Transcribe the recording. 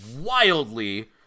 wildly